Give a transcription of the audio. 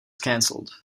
cancelled